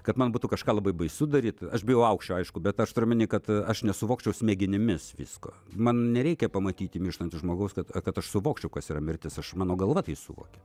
kad man būtų kažką labai baisu daryt aš bijau aukščio aišku bet aš turiu omeny kad aš nesuvokčiau smegenimis visko man nereikia pamatyti mirštančio žmogaus kad aš suvokčiau kas yra mirtis aš mano galva tai suvokia